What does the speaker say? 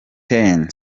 ten